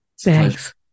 thanks